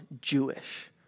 Jewish